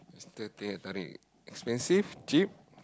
Mister teh-tarik expensive cheap